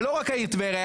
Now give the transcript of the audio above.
ולא רק העיר טבריה,